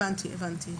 הבנתי.